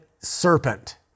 serpent